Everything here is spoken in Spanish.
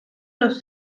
los